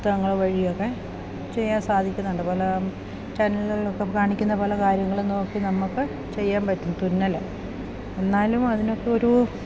പുസ്തകങ്ങൾ വഴി ഒക്കെ ചെയ്യാൻ സാധിക്കുന്നുണ്ട് പല ചാനലുകളിൽ ഒക്കെ കാണിക്കുന്ന പല കാര്യങ്ങൾ നോക്കി നമുക്ക് ചെയ്യാൻ പറ്റും തുന്നൽ എന്നാലും അതിനൊക്കെ ഒരു